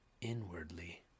inwardly